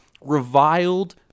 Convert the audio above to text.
reviled